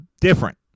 different